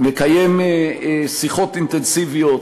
מקיים שיחות אינטנסיביות,